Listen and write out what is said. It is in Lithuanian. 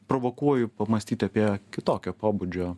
provokuoju pamąstyti apie kitokio pobūdžio